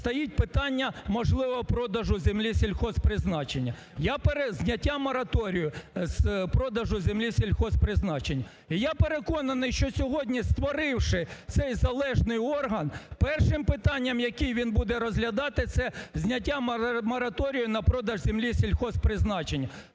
стоїть питання можливого продажу землі сільгосппризначення, зняття мораторію з продажу землі сільгосппризначення. Я переконаний, що сьогодні створивши цей залежний орган, першим питанням, яке він буде розглядати, це зняття мораторію на продаж землі сільгосппризначення.